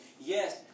Yes